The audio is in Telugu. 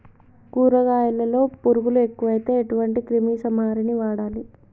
కూరగాయలలో పురుగులు ఎక్కువైతే ఎటువంటి క్రిమి సంహారిణి వాడాలి?